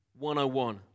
101